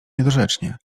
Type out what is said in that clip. niedorzecznie